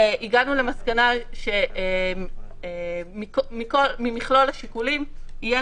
והגענו למסקנה במכלול השיקולים שיהיה